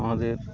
আমাদের